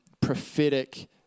prophetic